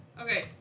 Okay